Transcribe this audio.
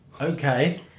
Okay